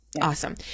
Awesome